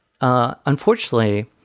Unfortunately